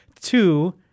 Two